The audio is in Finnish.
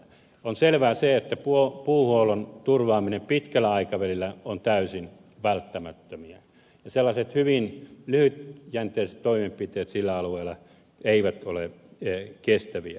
on selvää se että puuhuollon turvaaminen pitkällä aikavälillä on täysin välttämätöntä ja sellaiset hyvin lyhytjänteiset toimenpiteet sillä alueella eivät ole kestäviä